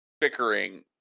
bickering